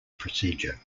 procedure